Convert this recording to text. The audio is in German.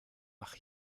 ach